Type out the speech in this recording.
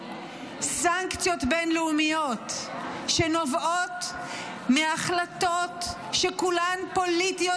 סנקציות בין-לאומיות שנובעות מהחלטות שכולן פוליטיות,